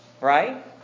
right